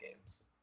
games